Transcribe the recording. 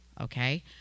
Okay